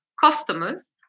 customers